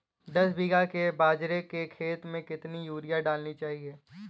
दस बीघा के बाजरे के खेत में कितनी यूरिया डालनी चाहिए?